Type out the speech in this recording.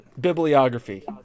bibliography